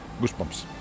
goosebumps